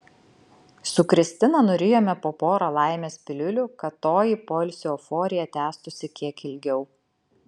su kristina nurijome po porą laimės piliulių kad toji poilsio euforija tęstųsi kiek ilgiau